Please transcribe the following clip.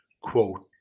quote